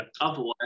Otherwise